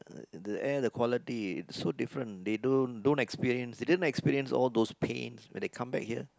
uh the air the quality so different they don't don't experience didn't experience those pains when they come back here